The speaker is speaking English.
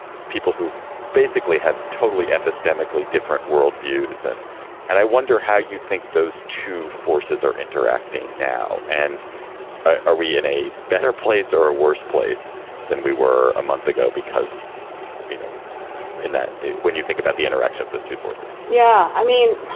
people who basically have totally, apathetically different world views. and and i wonder how you think those two forces are interacting now and are we in a better place or a worse place than we were a month ago? because you know that when you think about the interaction of those two forces yeah. i mean,